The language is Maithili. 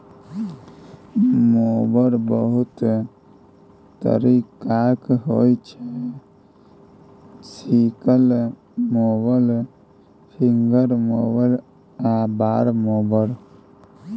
मोबर बहुत तरीकाक होइ छै सिकल मोबर, फिंगर मोबर आ बार मोबर